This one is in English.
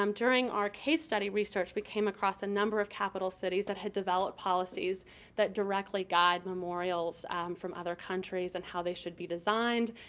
um during our case study research we came across a number of capital cities that have developed policies that directly guide memorials from other countries and how they should be designed,